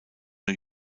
new